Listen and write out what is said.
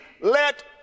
let